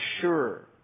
sure